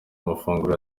amafunguro